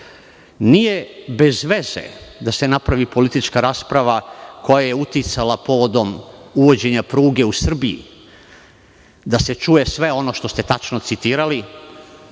nije bez veze da se napravi politička rasprava koja je uticala povodom uvođenja pruge u Srbiji, da se čuje sve ono što ste tačno citirali.